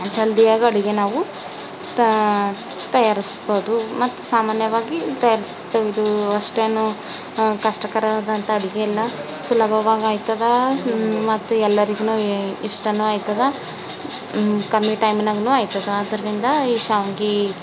ಜಲ್ದಿಯಾಗಿ ಅಡಿಗೆ ನಾವು ತಾ ತಯಾರಿಸ್ಬೋದು ಮತ್ತು ಸಾಮಾನ್ಯವಾಗಿ ತಯಾರು ಇದು ಅಷ್ಟೇನೂ ಕಷ್ಟಕರವಾದಂಥ ಅಡಿಗೆ ಅಲ್ಲ ಸುಲಭವಾಗಿ ಆಯ್ತದೆ ಮತ್ತು ಎಲ್ಲರಿಗು ಇಷ್ಟನೂ ಆಯ್ತದೆ ಕಮ್ಮಿ ಟೈಮ್ನಾಗು ಆಯ್ತದೆ ಅದ್ರಿನಿಂದ ಈ ಶಾವ್ಗೆ